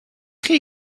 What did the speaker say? chi